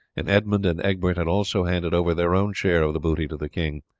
and edmund and egbert had also handed over their own share of the booty to the king.